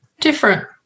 different